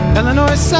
Illinois